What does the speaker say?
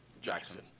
Jackson